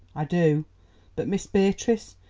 i do but miss beatrice,